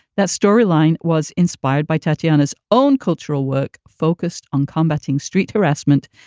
that storyline was inspired by tatyana's own cultural work, focused on combating street harassment.